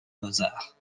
mozart